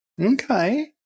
Okay